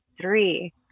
three